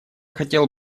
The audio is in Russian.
хотела